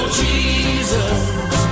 jesus